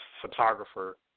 photographer